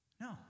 No